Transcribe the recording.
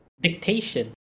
Dictation